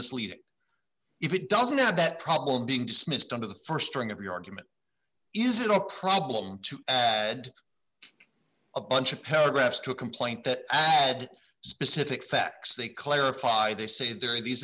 mislead if it doesn't have that problem being dismissed under the st airing of your argument is a problem to add a bunch of paragraphs to a complaint that had specific facts they clarified they say there are these